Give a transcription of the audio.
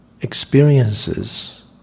experiences